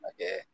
Okay